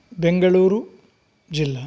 बेङ्गळूरुजिल्ला